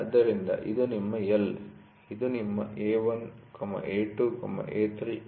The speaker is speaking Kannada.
ಆದ್ದರಿಂದ ಇದು ನಿಮ್ಮ L ಇದು ನಿಮ್ಮ A1 A2 A3 ಮತ್ತು A4